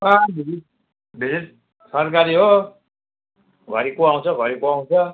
अँ सरकारी हो घरि को आउँछ घरि को आउँछ